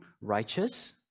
righteous